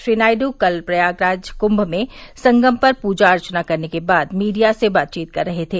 श्री नायडू कल प्रयागराज कुंभ में संगम पर पूजा अर्चना करने के बाद मीडिया से बातचीत कर रहे थे